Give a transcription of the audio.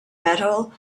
metal